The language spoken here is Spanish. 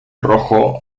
rojo